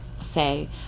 say